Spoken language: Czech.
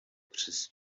přes